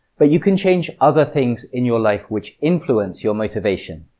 but you can change other things in your life which influence your motivation.